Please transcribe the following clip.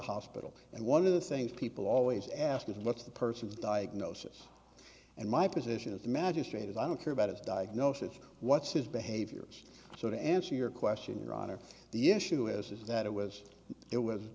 hospital and one of the things people always ask is what's the person's diagnosis and my position as a magistrate is i don't care about his diagnosis what's his behaviors so to answer your question your honor the issue is is that it was it was